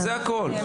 זה הכול.